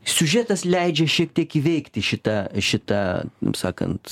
siužetas leidžia šiek tiek įveikti šitą šitą sakant